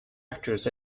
actors